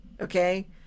Okay